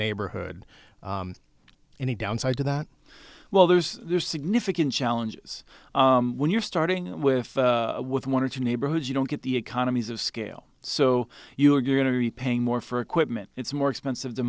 neighborhood any downside to that well there's there are significant challenges when you're starting with with one or two neighborhoods you don't get the economies of scale so you're going to be paying more for equipment it's more expensive to